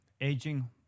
aging